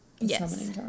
Yes